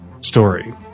story